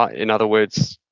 ah in other words,